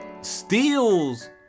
steals